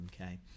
Okay